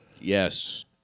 yes